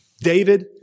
David